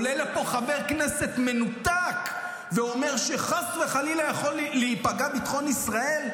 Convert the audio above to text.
עולה לפה חבר כנסת מנותק ואומר שחס וחלילה יכול להיפגע ביטחון ישראל.